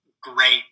great